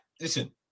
listen